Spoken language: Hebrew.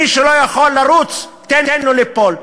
מי שלא יכול לרוץ, תן לו ליפול.